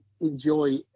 enjoy